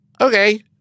Okay